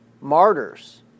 martyrs